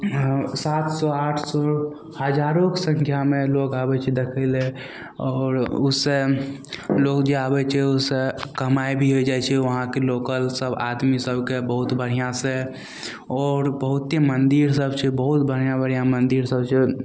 हाँ सात सओ आठ सओ हजारोके सङ्ख्यामे लोग आबय छै देखय लए आओर उ से लोग जे आबय छै उ से कमाइ भी हो जाइ छै उहाँके लोकल सभ आदमी सभके बहुत बढ़िआँसँ आओर बहुते मन्दिर सभ छै बहुत बढ़िआँ बढ़िआँ मन्दिर सभ छै